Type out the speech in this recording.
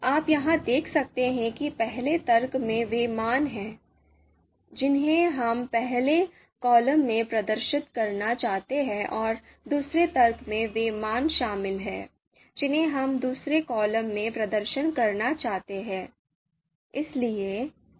आप यहां देख सकते हैं कि पहले तर्क में वे मान हैं जिन्हें हम पहले कॉलम में प्रदर्शित करना चाहते हैं और दूसरे तर्क में वे मान शामिल हैं जिन्हें हम दूसरे कॉलम में प्रदर्शित करना चाहते हैं